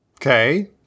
Okay